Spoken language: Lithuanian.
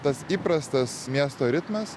tas įprastas miesto ritmas